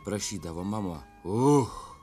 prašydavo mama uch